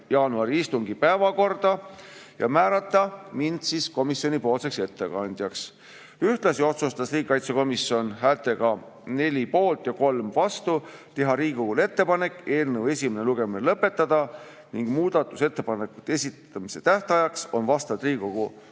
jaanuari istungi päevakorda ja määratakse mind komisjoni ettekandjaks. Ühtlasi otsustas riigikaitsekomisjon häältega 4 poolt ja 3 vastu, et tehakse Riigikogule ettepanek eelnõu esimene lugemine lõpetada ning muudatusettepanekute esitamise tähtajaks on vastavalt Riigikogu